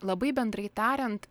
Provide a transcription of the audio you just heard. labai bendrai tariant